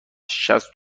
شصت